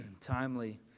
timely